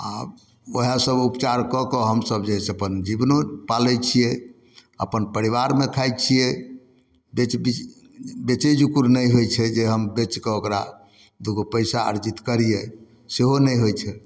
आओर वएह सब उपचार कऽके हमसब जे छै अपन जीवनो पालय छियै अपन परिवारमे खाइ छियै बेच बिकन बेचय जोगर नहि होइ छै जे हम बेचकऽ ओकरा दू गो पैसा अर्जित करियै सेहो नहि होइ छै